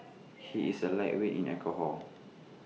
he is A lightweight in alcohol